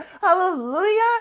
Hallelujah